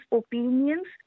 opinions